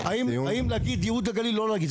האם להגיד ייהוד הגליל או לא להגיד.